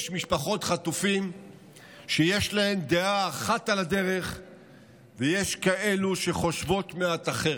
יש משפחות חטופים שיש להן דעה אחת על הדרך ויש כאלה שחושבות מעט אחרת.